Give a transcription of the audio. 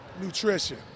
nutrition